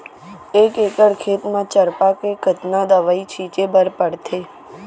एक एकड़ खेत म चरपा के कतना दवई छिंचे बर पड़थे?